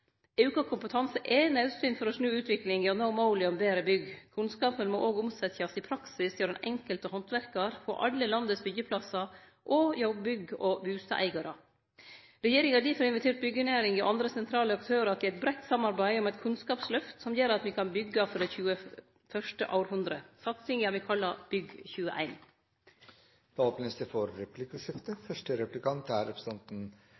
Auka kompetanse er naudsynt for å snu utviklinga og nå måla om betre bygg. Kunnskapen må òg omsetjast i praksis hjå den enkelte handverkar, på alle landets byggjeplassar og hjå bygg- og bustadeigarar. Regjeringa har difor invitert byggjenæringa og andre sentrale aktørar til eit breitt samarbeid om eit kunnskapslyft som gjer at me kan byggje for det 21. hundreåret. Satsinga har me kalla Bygg21. Det åpnes for replikkordskifte.